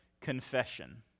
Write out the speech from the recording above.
confession